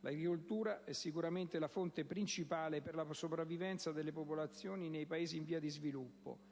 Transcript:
L'agricoltura è sicuramente la fonte principale per la sopravvivenza delle popolazioni nei Paesi in via di sviluppo,